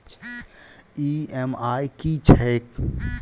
EMI की छैक?